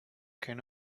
can